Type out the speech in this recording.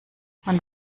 man